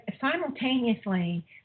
simultaneously